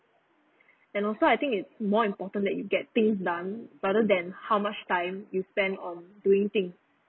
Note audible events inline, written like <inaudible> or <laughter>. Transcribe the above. <breath> and also I think it's more important that you get things done rather than how much time you spend on doing thing